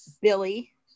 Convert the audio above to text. Billy